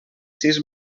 sis